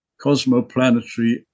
Cosmoplanetary